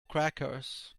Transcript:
crackers